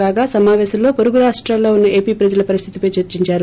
కాగా సమాపేశంలో పొరుగు రాష్టాలలో ఉన్న ఏపీ ప్రజల పరిస్తితిపై చర్సించారు